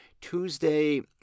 Tuesday